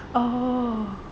oh